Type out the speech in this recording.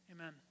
Amen